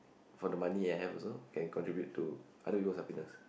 for the money I have also can contribute to other people's happiness